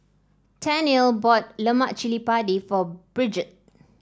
Tennille bought Lemak Cili Padi for Bridgette